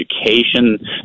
Education